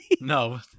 No